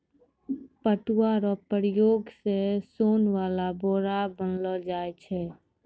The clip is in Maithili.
पटुआ रो प्रयोग से सोन वाला बोरा बनैलो जाय छै